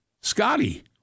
Scotty